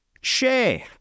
share